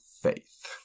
faith